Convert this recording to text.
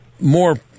more